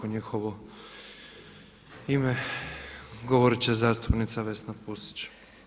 U njihovo ime govorit će zastupnica Vesna Pusić.